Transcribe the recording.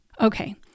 Okay